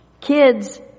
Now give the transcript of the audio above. Kids